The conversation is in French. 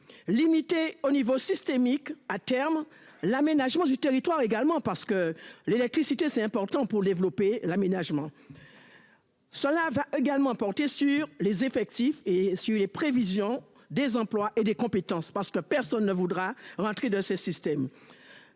limité au niveau systémique à terme l'aménagement du territoire également parce que l'électricité c'est important pour l'développer l'aménagement. Cela va également porter sur les effectifs et si les prévisions des emplois et des compétences parce que personne ne voudra rentrer de ce système.